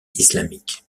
islamique